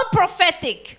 prophetic